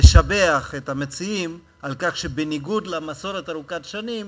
לשבח את המציעים על כך שבניגוד למסורת ארוכת שנים